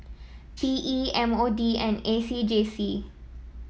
P E M O D and A C J C